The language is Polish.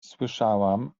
słyszałam